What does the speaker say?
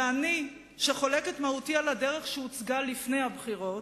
ואני, שחולקת מהותית על הדרך שהוצגה לפני הבחירות,